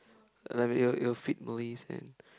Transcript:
like it will it will fit Malays and